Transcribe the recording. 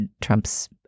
Trump's